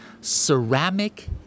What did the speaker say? Ceramic